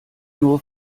nur